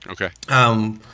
okay